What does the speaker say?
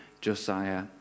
Josiah